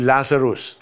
Lazarus